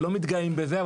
לא מתגאים בזה,